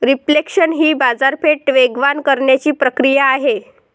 reflation ही बाजारपेठ वेगवान करण्याची प्रक्रिया आहे